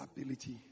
ability